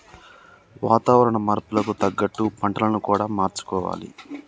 వాతావరణ మార్పులకు తగ్గట్టు పంటలను కూడా మార్చుకోవాలి